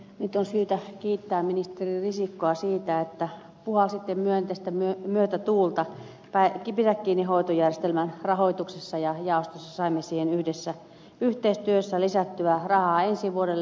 nyt on syytä kiittää ministeri risikkoa siitä että puhalsitte myönteistä myötätuulta pidä kiinni hoitojärjestelmän rahoituksessa ja jaostossa saimme siihen yhteistyössä lisättyä rahaa ensi vuodelle